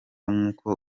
nk’uko